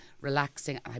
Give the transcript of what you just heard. relaxing